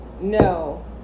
no